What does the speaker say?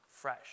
fresh